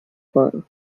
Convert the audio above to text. font